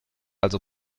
also